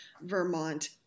Vermont